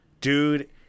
dude